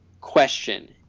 question